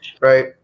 right